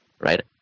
right